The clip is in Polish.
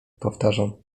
powtarzam